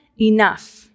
enough